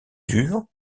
dure